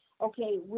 okay